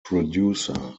producer